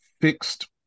fixed